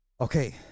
okay